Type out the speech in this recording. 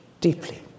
deeply